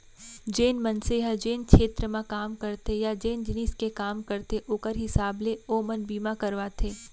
जेन मनसे ह जेन छेत्र म काम करथे या जेन जिनिस के काम करथे ओकर हिसाब ले ओमन बीमा करवाथें